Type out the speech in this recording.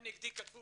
הם נגדי כתבו